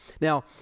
Now